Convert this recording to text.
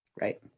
Right